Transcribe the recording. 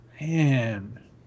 Man